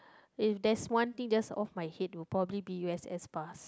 if there's one thing just off my head it will probably be u_s_s pass